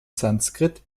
sanskrit